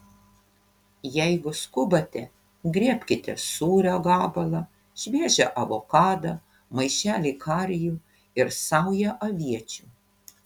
jeigu skubate griebkite sūrio gabalą šviežią avokadą maišelį karijų ir saują aviečių